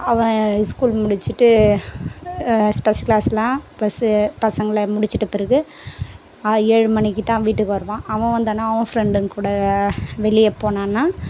அவன் ஸ்கூல் முடிச்சிவிட்டு special class எல்லாம் பஸ்ஸு பசங்களை முடிச்சிவிட்ட பிறகு ஏழு மணிக்கு தான் வீட்டுக்கு வருவான் அவன் வந்தான்னா அவன் ஃப்ரெண்டுங்கள்கூட வெளியே போனான்னா